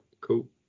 cool